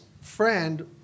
friend